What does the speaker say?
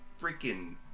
freaking